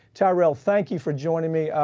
tyrel thank you for joining me.